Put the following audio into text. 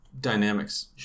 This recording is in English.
dynamics